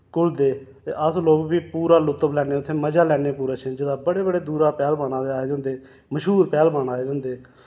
घुलदे ते अस लोक बी पूरा लुत्फ लैन्ने उत्थै मजा लैन्ने पूरा छिंज दा बड़े बड़े दुरा पैह्लवान आए दे होंदे मशहूर पैह्वान आए दे होंदे